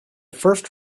first